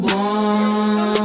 one